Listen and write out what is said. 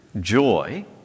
joy